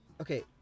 Okay